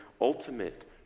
ultimate